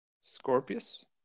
Scorpius